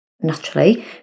naturally